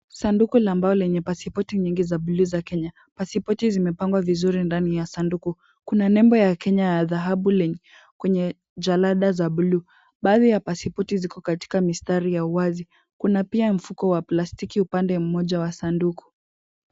Sanduku la mbao lenye pasipoti nyingi za buluu za kenya. Pasipoti zimepangwa vizuri ndani ya sanduku. Kuna nembo ya kenya ya dhahabu kwenye jalada za buluu baadhi ya pasipoti ziko katika mistari ya uwazi. Kuna pia mfuko wa plastiki upande mmoja wa sanduku.